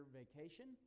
vacation